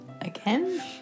Again